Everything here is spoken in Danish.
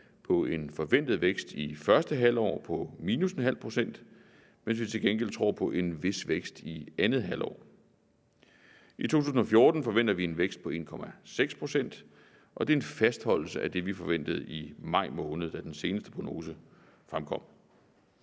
på en forventet vækst i første halvår på -0,5 pct., mens vi til gengæld tror på en vis vækst i andet halvår. I 2014 forventer vi en vækst på 1,6 pct., og det er en fastholdelse af det, vi forventede i maj måned, da den seneste prognose fremkom.